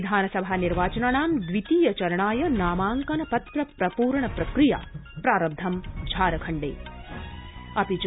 विधानसभा निर्वाचनानां द्वितीय चरणाय नामांकन पत्र प्रप्रण प्रक्रिया प्रारब्धं झारखण्डे